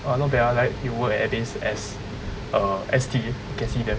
!wah! not bad ah like he were at this